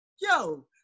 yo